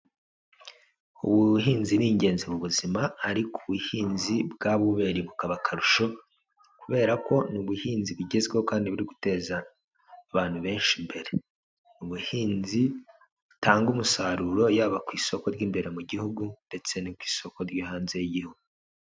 Ubu buhinzi ni ingenzi mu buzima, ariko ubuhinzi bwa buberi bukaba akarusho, kubera ko ni ubuhinzi bugezweho kandi buri guteza abantu benshi imbere, ubuhinzi butanga umusaruro yaba ku isoko ry'imbere mu gihugu, ndetse no ku isoko ryo hanze y'igihugu.